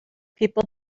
people